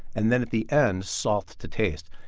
and then, at the end, salt to taste.